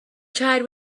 tried